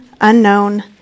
unknown